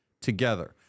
together